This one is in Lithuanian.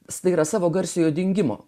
staiga savo garsiojo dingimo